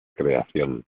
creación